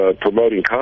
promoting